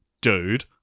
Dude